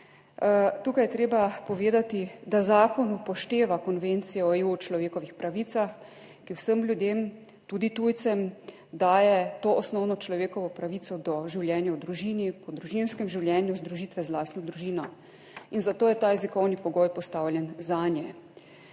Tukaj je treba povedati, da zakon upošteva konvencijo EU o človekovih pravicah, ki vsem ljudem, tudi tujcem, daje to osnovno človekovo pravico do življenja v družini, po družinskem življenju, združitve z lastno družino, in zato je ta jezikovni pogoj postavljen zanje.